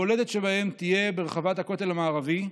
הבולטת שבהן תהיה ברחבת הכותל המערבי.